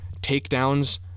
takedowns